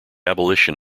abolition